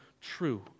true